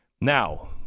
Now